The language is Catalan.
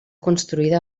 construïda